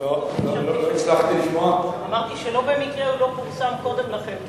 לא במקרה הוא לא פורסם קודם לכן.